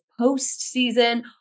postseason